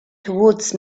towards